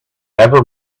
never